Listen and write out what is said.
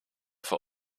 vor